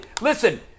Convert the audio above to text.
Listen